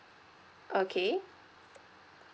okay